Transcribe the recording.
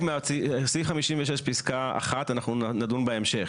סעיף 56 פסקה (1), אנחנו נדון בהמשך.